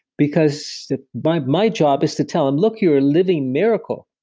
because my my job is to tell them, look, you're a living miracle.